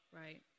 Right